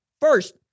first